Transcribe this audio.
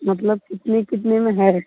मतलब कितने कितने में है